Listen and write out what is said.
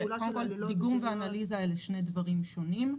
דיגום ואנליזה אלה שני דברים שונים.